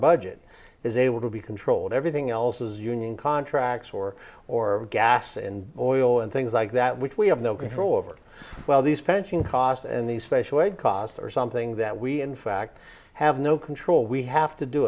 budget is able to be controlled everything else is union contracts or or gas and oil and things like that which we have no control over well these pension costs and these special ed costs are something that we in fact have no control we have to do